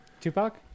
Tupac